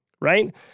right